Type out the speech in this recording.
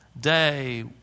day